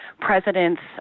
president's